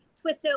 Twitter